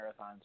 marathons